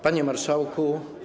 Panie Marszałku!